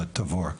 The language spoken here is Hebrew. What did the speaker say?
תבור.